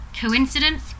Coincidence